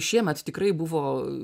šiemet tikrai buvo